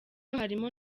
harimo